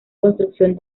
construcción